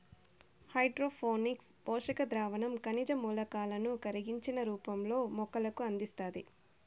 hydroponics పోషక ద్రావణం ఖనిజ మూలకాలను కరిగించిన రూపంలో మొక్కలకు అందిస్తాది